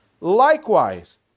likewise